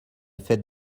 fête